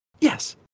Yes